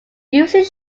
usually